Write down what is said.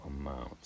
amount